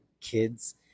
kids